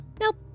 Nope